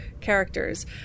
characters